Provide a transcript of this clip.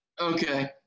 okay